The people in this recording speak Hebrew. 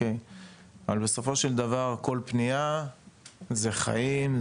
אבל בסופו של דבר כל פנייה מדובר בחיים,